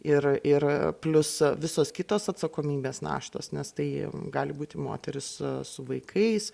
ir ir plius visos kitos atsakomybės naštos nes tai gali būti moterys su vaikais